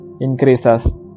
increases